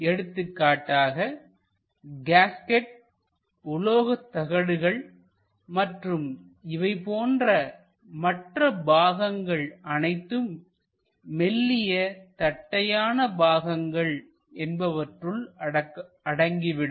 எடுத்துக்காட்டாக கேஸ்கட் உலோகத் தகடுகள் மற்றும் இவை போன்ற மற்ற பாகங்கள் அனைத்தும் மெல்லிய தட்டையான பாகங்கள் என்பவற்றுள் அடங்கிவிடும்